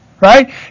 Right